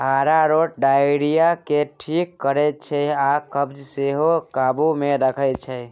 अरारोट diarrhoea केँ ठीक करै छै आ कब्ज केँ सेहो काबु मे रखै छै